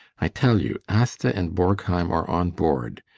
i tell you, asta and borgheim are on board.